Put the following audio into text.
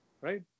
right